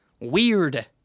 Weird